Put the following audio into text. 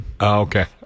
Okay